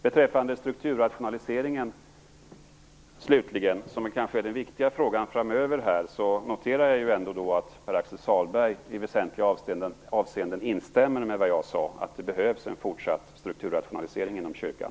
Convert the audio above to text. Beträffande strukturrationaliseringen, som kanske är den viktiga frågan framöver, noterar jag att Pär Axel Sahlberg ändå i väsentliga avseenden instämmer i vad jag sade, dvs. att det behövs en fortsatt strukturrationalisering inom kyrkan.